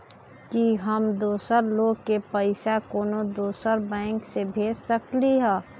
कि हम दोसर लोग के पइसा कोनो दोसर बैंक से भेज सकली ह?